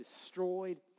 destroyed